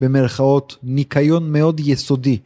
במרכאות ניקיון מאוד יסודי.